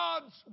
God's